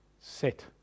set